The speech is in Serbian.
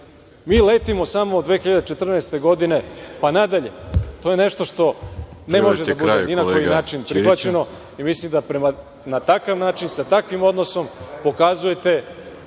mi letimo samo od 2014. godine, pa nadalje, to je nešto što ne može da bude ni na koji način prihvaćeno i mislim da na takav način, sa takvim odnosom pokazujete